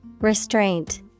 Restraint